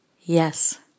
yes